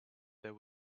there